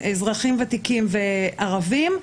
אזרחים ותיקים וערבים,